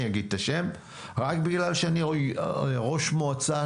אני אגיד את השם רק בגלל שאני ראש מועצה